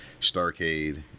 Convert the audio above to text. Starcade